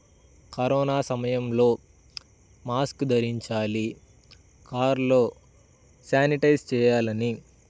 corona సమయంలో mask ధరించాలి కార్లో శానిటైజ్ చేయాలని